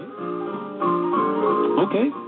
Okay